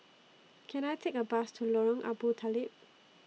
Can I Take A Bus to Lorong Abu Talib